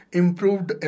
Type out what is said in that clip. improved